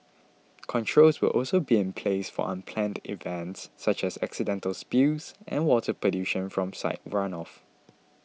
controls will also be in place for unplanned events such as accidental spills and water pollution from site runoff